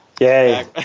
Yay